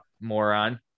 moron